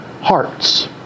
hearts